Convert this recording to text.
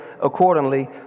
accordingly